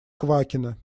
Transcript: квакина